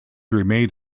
remained